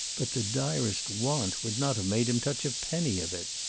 but the direst want would not have made him touch a penny of it.